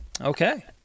Okay